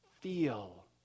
feel